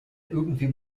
irgendwem